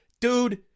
dude